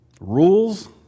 rules